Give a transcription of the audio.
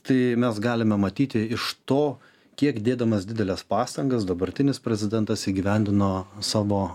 tai mes galime matyti iš to kiek dėdamas dideles pastangas dabartinis prezidentas įgyvendino savo